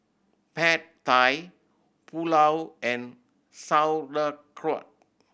Pad Thai Pulao and Sauerkraut